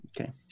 okay